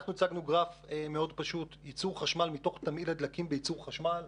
אנחנו הצגנו גרף מאוד פשוט: ייצור חשמל מתוך תמהיל הדלקים בייצור חשמל,